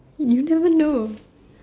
you never know